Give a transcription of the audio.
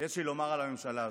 יש לי לומר על הממשלה הזאת,